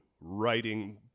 writing